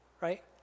Right